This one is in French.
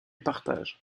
partage